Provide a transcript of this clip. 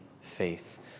faith